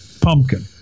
pumpkin